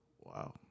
Wow